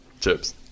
Chips